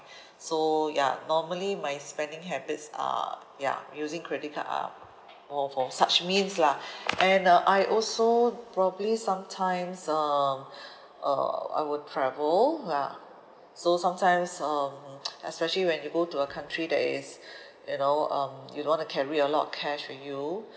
so ya normally my spending habits are ya using credit card are more for such means lah and uh I also probably sometimes uh uh I will travel ya so sometimes um especially when you go to a country that is you know um you don't want to carry a lot cash with you